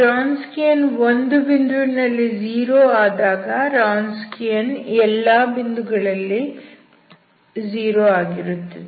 Wronskian ಒಂದು ಬಿಂದುವಿನಲ್ಲಿ 0 ಆದಾಗ ರಾನ್ಸ್ಕಿಯನ್ ಎಲ್ಲಾ ಕಡೆಯೂ 0 ಆಗಿರುತ್ತದೆ